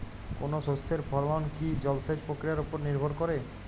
কোনো শস্যের ফলন কি জলসেচ প্রক্রিয়ার ওপর নির্ভর করে?